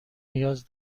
نیاز